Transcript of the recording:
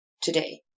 today